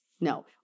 no